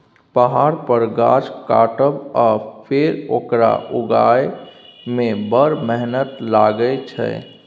पहाड़ पर गाछ काटब आ फेर ओकरा उगहय मे बड़ मेहनत लागय छै